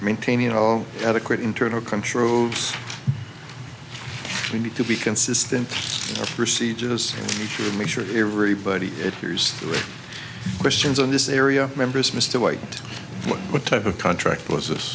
maintaining all adequate internal controls we need to be consistent procedures to make sure everybody hears questions in this area members mr white what type of contract was